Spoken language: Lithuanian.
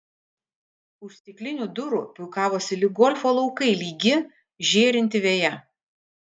už stiklinių durų puikavosi lyg golfo laukai lygi žėrinti veja